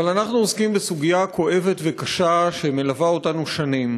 אבל אנחנו עוסקים בסוגיה כואבת וקשה שמלווה אותנו שנים.